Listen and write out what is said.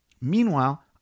meanwhile